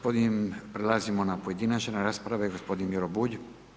Prelazimo na pojedinačne rasprave, gospodin Miro Bulj.